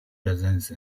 presence